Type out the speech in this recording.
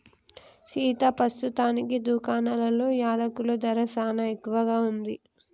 సీతా పస్తుతానికి దుకాణాలలో యలకుల ధర సానా ఎక్కువగా ఉంది